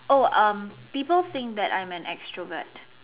oh um people think that I'm an extrovert